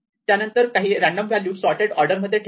त्यानंतर काही random value sorted order मध्ये ठेवत नाही